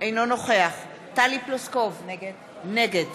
אינו נוכח טלי פלוסקוב, נגד